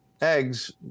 Eggs